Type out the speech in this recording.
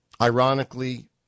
Ironically